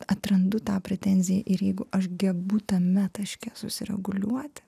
atrandu tą pretenziją ir jeigu aš gebu tame taške susireguliuoti